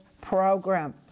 program